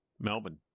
Melbourne